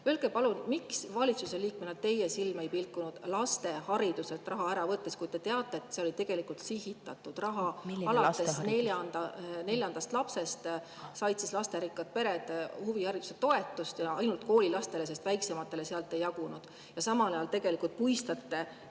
Öelge palun, miks valitsuse liikmena teie silm ei pilkunud laste [huvi]hariduse raha ära võttes, kui te teate, et see oli tegelikult sihitatud raha. Alates neljandast lapsest said lasterikkad pered huvihariduse toetust ainult koolilastele, sest väiksematele sealt ei jagunud. Samal ajal puistate